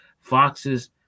foxes